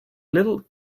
little